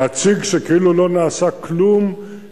להציג כאילו לא נעשה כלום,